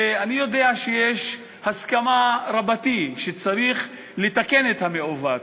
כי אני יודע שיש הסכמה רבתי שצריך לתקן את המעוות,